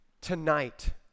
tonight